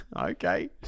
okay